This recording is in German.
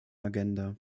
agenda